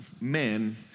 men